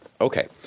Okay